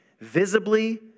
visibly